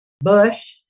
Bush